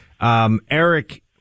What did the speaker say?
Eric